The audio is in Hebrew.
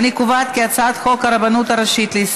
מה כוונתך להצביע?